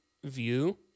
view